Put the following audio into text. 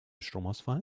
stromausfall